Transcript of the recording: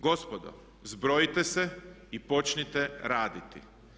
Gospodo zbrojite se i počnite raditi.